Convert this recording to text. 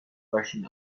rushing